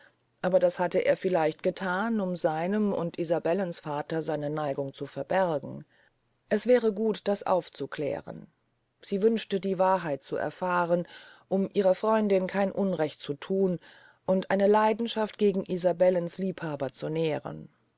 aber das hatte er vielleicht gethan um seinem und isabellens vater seine neigung zu verbergen es wäre gut das aufzuklären sie wünschte die wahrheit zu erfahren um ihrer freundin kein unrecht zu thun und eine leidenschaft gegen isabellens liebhaber zu nähren